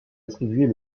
attribuer